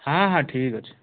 ହଁ ହଁ ଠିକ୍ ଅଛି